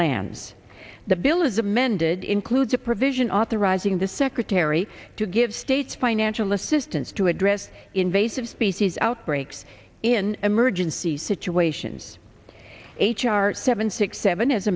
man the bill as amended includes a provision authorizing the secretary to give states financial assistance to address invasive species outbreaks in emergency situations h r seven six seven as